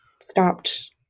stopped